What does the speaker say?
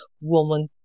woman